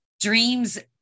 dreams